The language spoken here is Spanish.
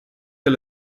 del